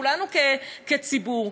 כולנו כציבור.